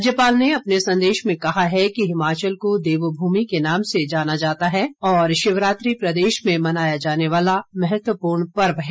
राज्यपाल ने अपने संदेश में कहा है कि हिमाचल को देवभूमि के नाम से जाना जाता है और शिवरात्रि प्रदेश में मनाया जाने वाला महत्वपूर्ण पर्व है